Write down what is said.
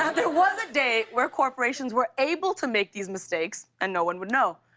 um there was a day where corporations were able to make these mistakes and no one would know,